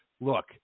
look